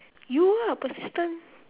you ah persistent